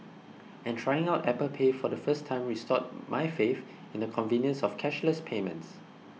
and trying out Apple Pay for the first time restored my faith in the convenience of cashless payments